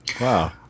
Wow